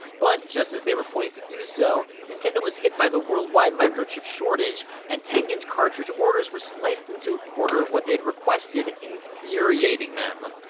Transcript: but, just as they were poised to do so, nintendo was hit by the worldwide microchip shortage, and tengen's cartridge orders were sliced into a quarter of what they had requested, infuriating them.